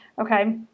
Okay